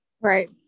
Right